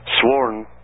sworn